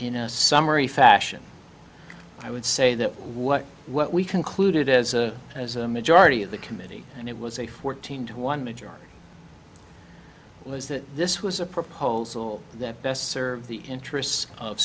a summary fashion i would say that what what we concluded as a as a majority of the committee and it was a fourteen to one majority was that this was a proposal that best serve the interests of